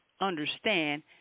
understand